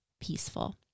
peaceful